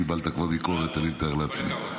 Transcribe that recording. קיבלת כבר ביקורת, אני מתאר לעצמי.